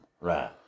right